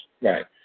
right